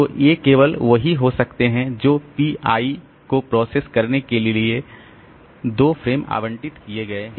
तो ये केवल वही हो सकते हैं जो Pi को प्रोसेस करने के लिए दो फ्रेम आवंटित किए गए हैं